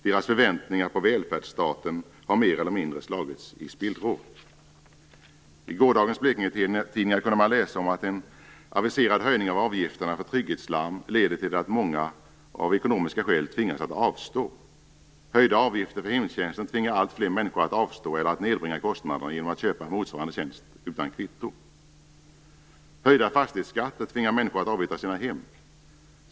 Deras förväntningar på välfärdsstaten har mer eller mindre slagits i spillror. I gårdagens Blekingetidningar kunde man läsa att en aviserad höjning av avgifterna för trygghetslarm leder till att många av ekonomiska skäl tvingas att avstå från dessa. Höjda avgifter för hemtjänsten tvingar alltfler människor att avstå eller att nedbringa kostnaderna genom att köpa motsvarande tjänst utan kvitto. Höjda fastighetsskatter tvingar människor att avyttra sina hem.